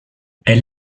elle